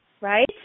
right